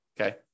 okay